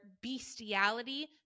bestiality